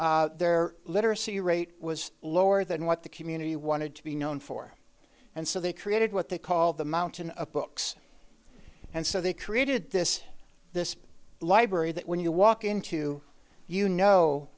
their literacy rate was lower than what the community wanted to be known for and so they created what they call the mountain of books and so they created this this library that when you walk into you know